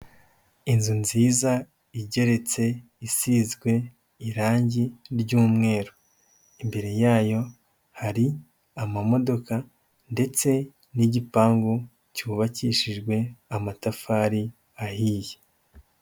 Inzu nziza igeretse isizwe irangi ry'umweru, imbere yayo hari amamodoka ndetse n'igipangu cyubakishijwe amatafari ahiye.